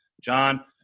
John